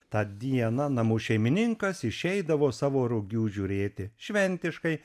tą dieną namų šeimininkas išeidavo savo rugių žiūrėti šventiškai